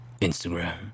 Instagram